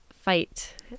fight